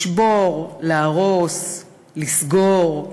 לשבור, להרוס, לסגור,